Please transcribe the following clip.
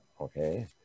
okay